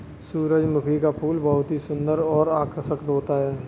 सुरजमुखी का फूल बहुत ही सुन्दर और आकर्षक होता है